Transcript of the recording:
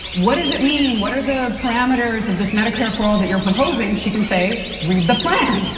what does it mean? what are the parameters of this medicare for all that you're proposing, she can say, read the plan.